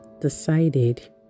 decided